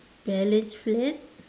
balanced flat